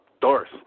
Doris